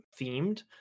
themed